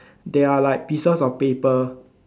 there are like pieces of paper